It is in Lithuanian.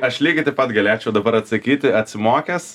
aš lygiai taip pat galėčiau dabar atsakyti atsimokęs